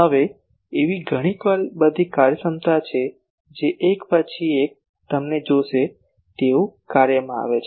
હવે એવી ઘણી બધી કાર્યક્ષમતા છે જે એક પછી એક તેમને જોશે તેવું કાર્યમાં આવે છે